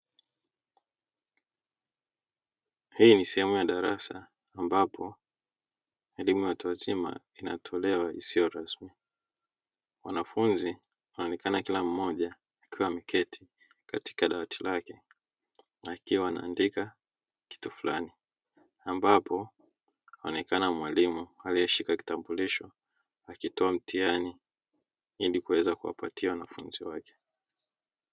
Hii ni sehemu ya darasa ambapo elimu ya watu wazima inatolewa isiyo rasmi. Wanafunzi wanaonekana kila mmoja akiwa ameketi katika dawati lake na akiwa anaandika kitu fulani; ambapo anaonekana mwalimu aliyeshika kitambuisha akitoa mtihani ili kuweza kuwapatia wanafunzi wake.